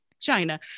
China